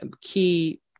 key